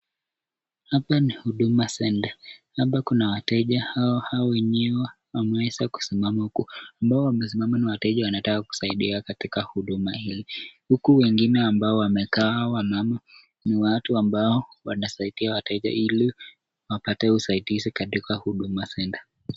Hapa ni huduma Centre, labda kuna wateja au hao wenyewe wameweza kusimama, ambao wamesimama ni wateja wanataka kusaidiwa katika huduma hili huku wengine ambao wamekaa wanaume ni watu ambao wanasaidia wateja ili wapate usaidizi katika huduma Centre.